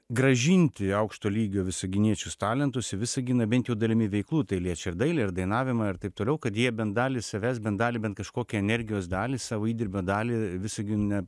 grąžinti aukšto lygio visaginiečius talentus į visaginą bent jau dalimi veiklų tai liečia ir dailę ir dainavimą ir taip toliau kad jie bent dalį savęs bent dalį bent kažkokią energijos dalį savo įdirbio dalį visagine